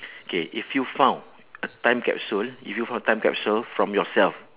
K if you found a time capsule ah if you found a time capsule from yourself